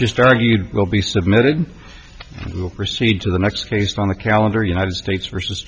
just argued will be submitted will proceed to the next based on the calendar united states versus